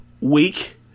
week